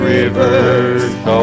Rivers